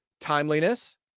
Timeliness